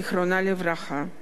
זיכרונה לברכה.